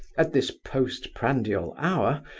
at this post-prandial hour,